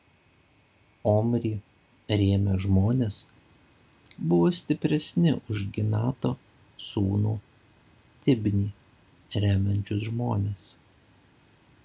omrį rėmę žmonės buvo stipresni už ginato sūnų tibnį remiančius žmones